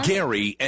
Gary